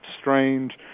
strange